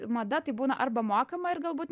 mada tai būna arba mokama ir galbūt